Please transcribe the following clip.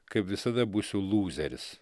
kaip visada būsiu lūzeris